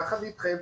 יחד איתכם,